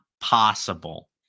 possible